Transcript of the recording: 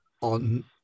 on